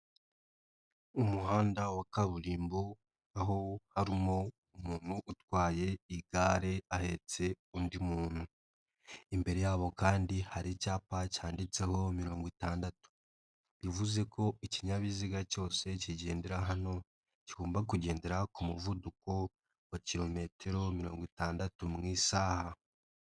Umuhanda wa kaburimbo aho harimo umuntu utwaye igare ahetse undi muntu, imbere yabo kandi hari icyapa cyanditseho mirongo itandatu, bivuze ko ikinyabiziga cyose kigendera hano kigomba kugendera ku muvuduko wa kilometero mirongo itandatu mu isaha.